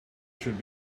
should